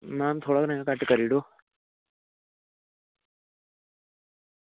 ma'am थोह्ड़ा rate घट्ट करी ओड़ो